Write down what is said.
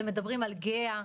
אתם מדברים על גהה,